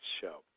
show